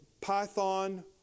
Python